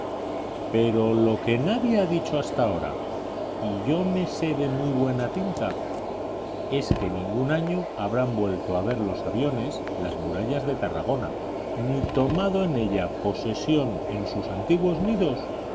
pero lo que nadie ha dicho hasta ahora y yo me sé de muy buena tinta es que ningún año habrán vuelto a ver los aviones las murallas de tarragona ni tomado en ellas posesión en sus antiguos nidos